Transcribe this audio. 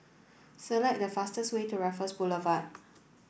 select the fastest way to Raffles Boulevard